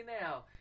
now